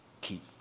Keep